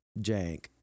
jank